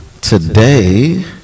today